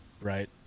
Right